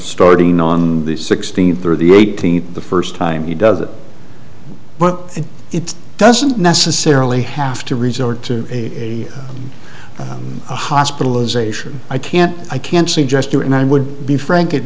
starting on the sixteenth or the eighteenth the first time he does it but it doesn't necessarily have to resort to a hospitalization i can't i can't suggest you and i would be frank